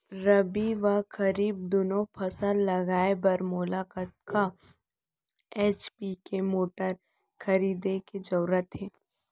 रबि व खरीफ दुनो फसल लगाए बर मोला कतना एच.पी के मोटर खरीदे के जरूरत हे?